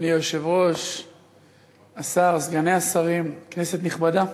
אדוני היושב-ראש, השר, סגני השרים, כנסת נכבדה,